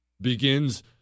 Begins